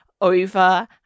over